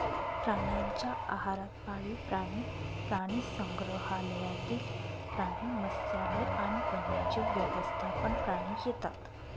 प्राण्यांच्या आहारात पाळीव प्राणी, प्राणीसंग्रहालयातील प्राणी, मत्स्यालय आणि वन्यजीव व्यवस्थापन प्राणी येतात